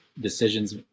decisions